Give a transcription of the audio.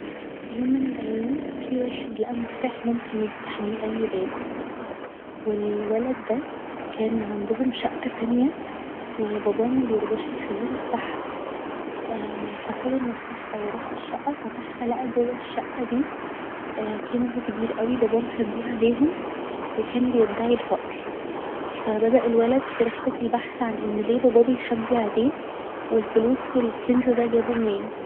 في يوم من الأيام في واحد لقى مفتاح ممكن يفتح بيه اي باب و الولد ده كان عندهم شقة تانية و باباه مبيرضاش يخليه يفتحها ف خد المفتاح ده و راح الشقة فتحتها لقى جوة الشقة دي كنز كبير اوي باباه مخبيه عليهم و كان بيدعي الفقر فبدأ الولد في رحلة البحث عن ان ليه باباه بيخلي عليه و الفلوس و الكنز ده جابه منين